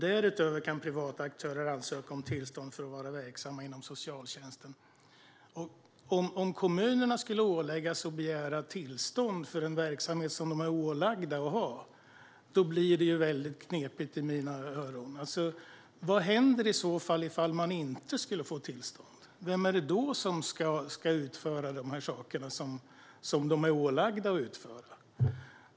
Därutöver kan privata aktörer ansöka om tillstånd för att vara verksamma inom socialtjänsten." Om kommunerna skulle åläggas att begära tillstånd för att bedriva en verksamhet som de är ålagda att tillhandahålla, då blir det väldigt knepigt i mina öron. Vad händer i så fall om man inte får tillstånd? Vem ska då utföra dessa tjänster som kommunerna är ålagda att utföra?